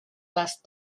last